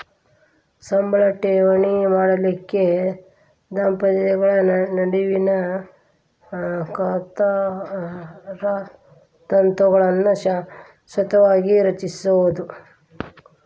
ಸಂಬಳ ಠೇವಣಿ ಮಾಡಲಿಕ್ಕೆ ದಂಪತಿಗಳ ನಡುವಿನ್ ಖಾತಾದಂತಾವುಗಳನ್ನ ಶಾಶ್ವತವಾಗಿ ರಚಿಸ್ಬೋದು